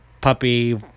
puppy